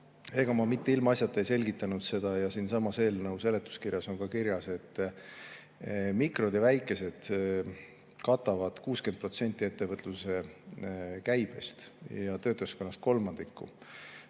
Ega ma ilmaasjata ei selgitanud seda – ja siinsamas eelnõu seletuskirjas on ka kirjas –, et mikroettevõtted ja väikeettevõtted katavad 60% ettevõtluse käibest ja töötajaskonnast kolmandiku.